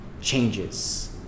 changes